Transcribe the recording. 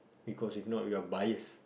because if not we are biased